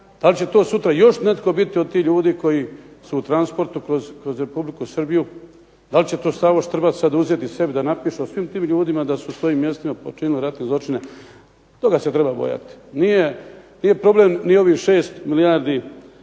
Da li će to sutra još netko biti od tih ljudi koji su u transportu kroz Republiku Srbiju, da li će to Savo Štrbac sad uzeti sebi da napiše o svim tim ljudima da su u svojim mjestima počinili ratne zločine. Toga se treba bojati. Nije problem ni ovih 6 milijardi